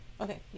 Okay